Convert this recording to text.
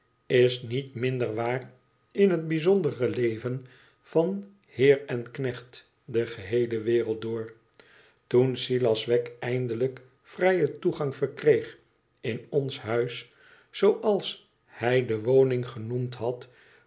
is niet minder waar in het bijzondere leven van heer en knecht de geheele wereld door toen silas wegg eindelijk vrijen toegang verkreeg in ons huis zooals hij de woning genoemd had